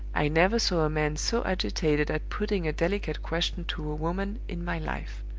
i never saw a man so agitated at putting a delicate question to a woman in my life.